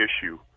issue